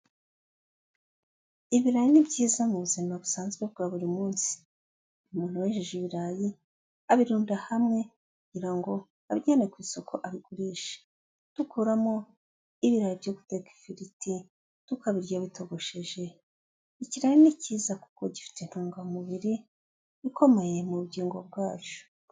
Ibirayi ni byiza mu buzima busanzwe bwa buri munsi, umuntu wejeje ibirayi abirunda hamwe kugira ngo are ku isoko abigurisha, dukuramo ibirayi byo guteka ifiriti, tukabirya bitogosheje, ikiraya ni cyiza kuko gifite intungamubiri ikomeye mu bugingo bwacu.